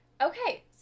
Okay